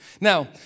Now